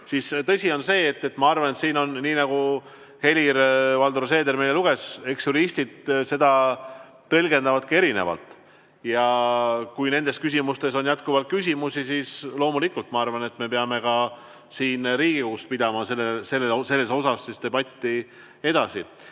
siis tõsi on see, ma arvan, nii nagu Helir-Valdor Seeder meile luges, eks juristid seda tõlgendavad erinevalt. Ja kui nendes küsimustes on jätkuvalt küsimusi, siis loomulikult ma arvan, et me peame ka siin Riigikogus pidama selle üle debatti edasi.